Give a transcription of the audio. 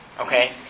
okay